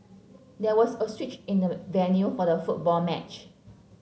there was a switch in the venue for the football match